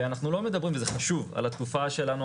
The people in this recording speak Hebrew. אנחנו לא מדברים על התקופה שלנו,